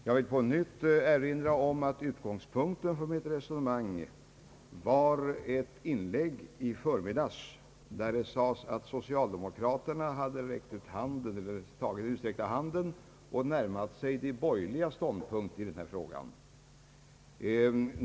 Jag vill på nytt erinra om att utgångspunkten för mitt resonemang var ett inlägg i förmiddags, vari det sades att socialdemokraterna hade närmat sig de borgerligas ståndpunkt i denna fråga.